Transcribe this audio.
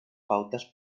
pautes